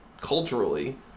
culturally